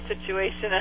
situation